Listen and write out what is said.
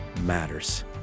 matters